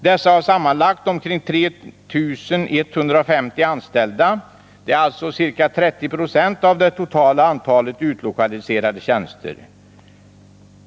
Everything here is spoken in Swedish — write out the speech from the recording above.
Dessa har sammanlagt omkring 3 150 anställda vilket motsvarar 30 procent av det totala antalet utlokaliserade tjänster.